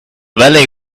valley